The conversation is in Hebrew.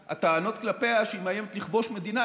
הטענות כלפי רוסיה הן שהיא מאיימת לכבוש מדינה,